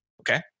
Okay